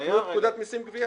תקנו את פקודת מסים (גבייה).